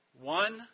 One